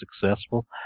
successful